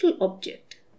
object